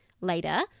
later